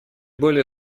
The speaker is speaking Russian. более